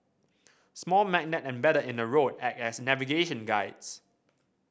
small magnets embedded in the road act as navigation guides